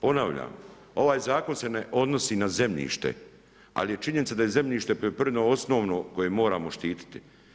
Ponavljam, ovaj zakon se ne odnosi na zemljište, ali je činjenica da je zemljišta poljoprivredno, osnovno koje moramo štiti.